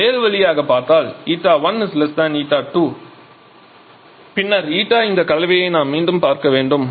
நாம் வேறு வழியாக பார்த்தால் η1 η2 பின்னர் η இந்த கலவையை நாம் மீண்டும் பார்க்க வேண்டும்